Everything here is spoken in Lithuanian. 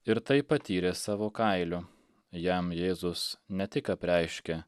ir tai patyrė savo kailiu jam jėzus ne tik apreiškė